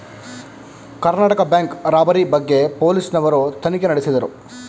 Karnataka bank robbery ಬಗ್ಗೆ police ನವರು ತನಿಖೆ ನಡೆಸಿದರು